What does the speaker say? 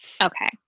Okay